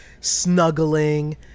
snuggling